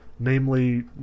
Namely